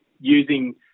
using